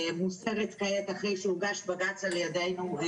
מוסרת כעת אחרי שהוגש בג"ץ על ידינו,